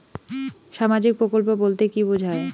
সামাজিক প্রকল্প বলতে কি বোঝায়?